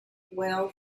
well